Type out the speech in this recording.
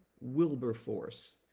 Wilberforce